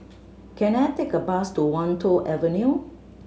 can I take a bus to Wan Tho Avenue